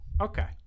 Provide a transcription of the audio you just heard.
Okay